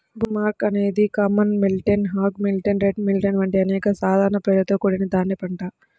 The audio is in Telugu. బ్రూమ్కార్న్ అనేది common millet, hog millet, red millet వంటి అనేక సాధారణ పేర్లతో కూడిన ధాన్యం పంట